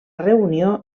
reunió